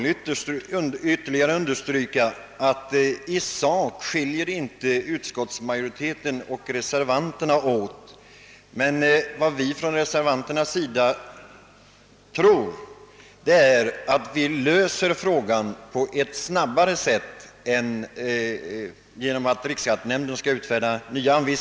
Herr talman! Dessa uppgifter har redan riksskattenämnden.